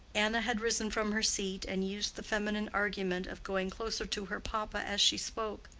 anna had risen from her seat, and used the feminine argument of going closer to her papa as she spoke.